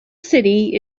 city